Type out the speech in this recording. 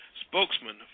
spokesman